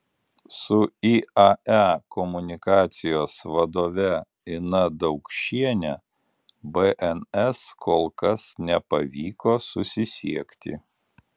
su iae komunikacijos vadove ina daukšiene bns kol kas nepavyko susisiekti